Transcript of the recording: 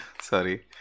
Sorry